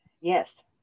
Yes